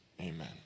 Amen